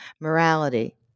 morality